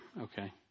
Okay